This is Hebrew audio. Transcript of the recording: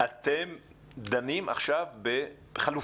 זה שאתם דנים עכשיו בחלופות.